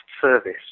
service